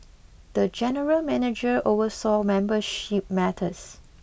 the general manager oversaw membership matters